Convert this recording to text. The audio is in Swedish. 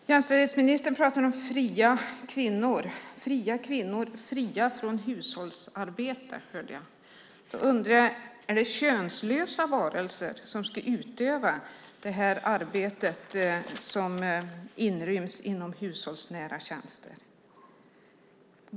Fru talman! Jämställdhetsministern pratar om fria kvinnor, fria från hushållsarbete, hörde jag. Då undrar jag: Är det könlösa varelser som ska utöva det arbete som inryms inom hushållsnära tjänster?